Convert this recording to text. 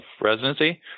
residency